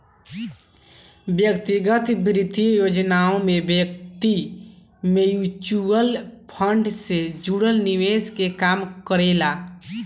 व्यक्तिगत वित्तीय योजनाओं में व्यक्ति म्यूचुअल फंड से जुड़ल निवेश के काम करेला